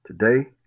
today